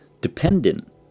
dependent